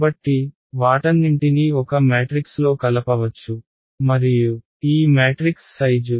కాబట్టి వాటన్నింటినీ ఒక మ్యాట్రిక్స్లో కలపవచ్చు మరియు ఈ మ్యాట్రిక్స్ సైజు